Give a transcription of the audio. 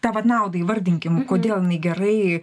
tą vat naudą įvardinkim kodėl jinai gerai